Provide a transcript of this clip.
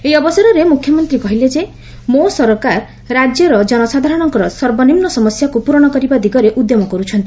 ଏହି ଅବସରରେ ମୁଖ୍ୟମନ୍ତୀ କହିଲେ ଯେ ମୋ ସରକାର ରାଜ୍ୟର ଜନସାଧାରଣଙ୍କ ସର୍ବନିମ୍ନ ସମସ୍ୟାକୁ ପୂରଣ କରିବା ଦିଗରେ ଉଦ୍ୟମ କରୁଛନ୍ତି